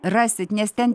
rasit nes ten